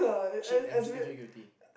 cheat and still feel guilty